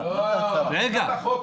הצהרת יצרן.